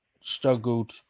struggled